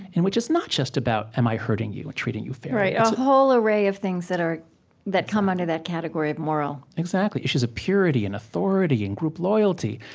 in which it's not just about am i hurting you and treating you fairly? right, a whole array of things that are that come under that category of moral. exactly issues of purity and authority and group loyalty.